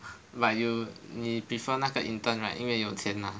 but you 你 prefer 那个 intern right 因为有钱拿